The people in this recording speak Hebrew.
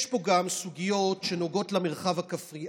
יש פה גם סוגיות שנוגעות למרחב הכפרי.